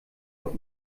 auf